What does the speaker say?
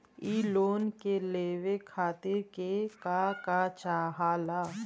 इ लोन के लेवे खातीर के का का चाहा ला?